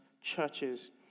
churches